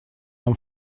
нам